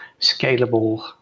scalable